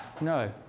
no